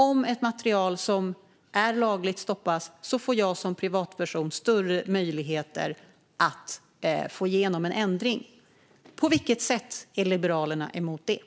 Om ett material som är lagligt stoppas får jag som privatperson större möjligheter att få igenom en ändring. På vilket sätt är Liberalerna emot detta?